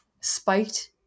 spiked